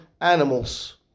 animals